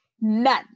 none